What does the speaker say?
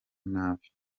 nabi